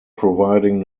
providing